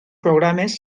programes